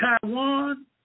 Taiwan